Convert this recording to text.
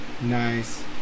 nice